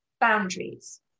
boundaries